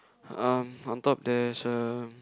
um on top there's a